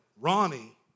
Ronnie